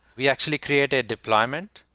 we actually create a deployment.